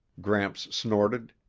gramps snorted.